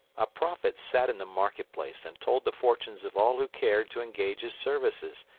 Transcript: a prophet sat in the market-place and told the fortunes of all who cared to engage his services.